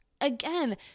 Again